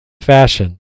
fashion